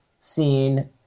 seen